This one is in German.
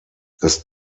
das